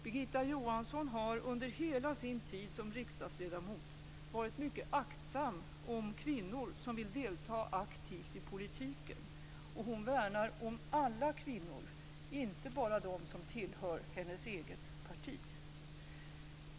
Birgitta Johansson har under hela sin tid som riksdagsledamot varit mycket aktsam om kvinnor som vill delta aktivt i politiken, och hon värnar om alla kvinnor, inte bara dem som tillhör hennes eget parti.